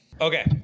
okay